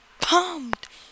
pumped